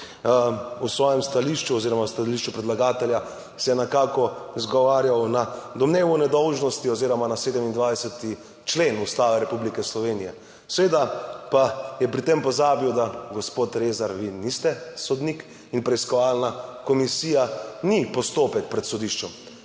(Nadaljevanje) v stališču predlagatelja se je nekako izgovarjal na domnevo nedolžnosti oziroma na 27. člen Ustave Republike Slovenije. Seveda pa je pri tem pozabil, da gospod Rezar vi niste sodnik in preiskovalna komisija ni postopek pred sodiščem.